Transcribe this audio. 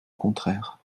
contraire